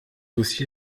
aussi